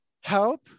help